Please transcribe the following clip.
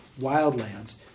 wildlands